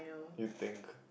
you think